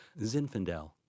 Zinfandel